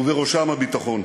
ובראשם הביטחון.